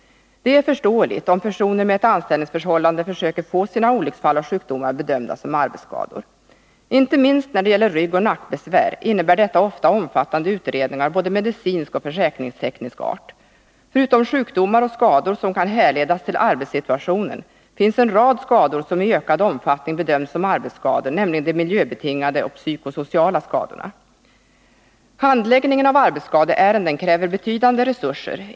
Det är förståeligt, om personer med ett anställningsförhållande försöker få sina olycksfall och sjukdomar bedömda som arbetsskador. Inte minst när det gäller ryggoch nackbesvär innebär detta ofta omfattande utredningar av både medicinsk och försäkringsteknisk art. Förutom sjukdomar och skador som kan härledas till arbetssituationen finns en rad skador som i ökad omfattning bedöms som arbetsskador, nämligen de miljöbetingade och psykosociala skadorna. Handläggningen av arbetsskadeärenden kräver betydande resurser.